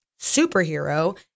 superhero